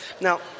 Now